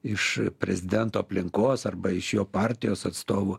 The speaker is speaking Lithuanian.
iš prezidento aplinkos arba iš jo partijos atstovų